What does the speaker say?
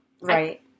Right